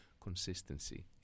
consistency